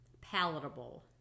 palatable